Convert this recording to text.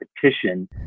petition